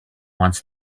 wants